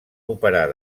operar